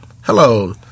hello